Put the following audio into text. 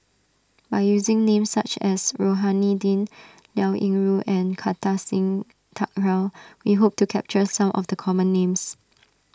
by using names such as Rohani Din Liao Yingru and Kartar Singh Thakral we hope to capture some of the common names